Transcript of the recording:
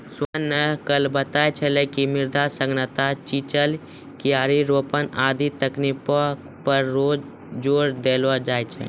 सोहन न कल बताय छेलै कि मृदा सघनता, चिजल, क्यारी रोपन आदि तकनीक पर जोर देलो जाय छै